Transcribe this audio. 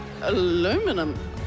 Aluminum